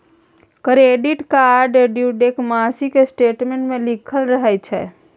credit कार्डक due date मासिक statement पर लिखल रहय छै